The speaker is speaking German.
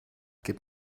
gib